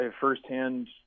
firsthand